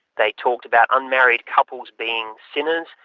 they talked about unmarried couples being sinners.